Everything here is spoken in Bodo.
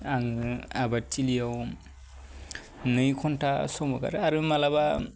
आङो आबादथिलिआव नै घन्टा सम हगारो आरो मालाबा